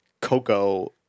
coco